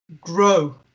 grow